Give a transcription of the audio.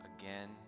again